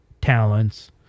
talents